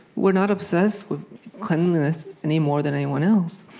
we're not obsessed with cleanliness any more than anyone else.